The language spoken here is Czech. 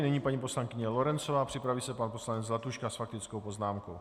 Nyní paní poslankyně Lorencová, připraví se pan poslanec Zlatuška s faktickou poznámkou.